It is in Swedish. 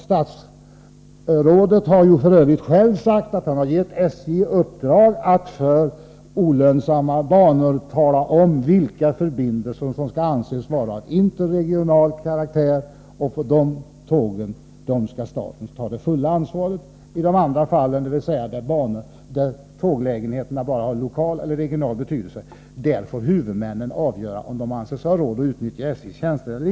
Statsrådet själv har f.ö. sagt att han givit SJ i uppdrag att beträffande . olönsamma banor tala om vilka förbindelser som skall anses vara av interregional karaktär. För dessa tåg skall staten ta det fulla ansvaret. I övriga fall, där tåglägenheterna har bara lokal eller regional betydelse, får huvudmännen avgöra om de anser sig ha råd att utnyttja SJ:s tjänster.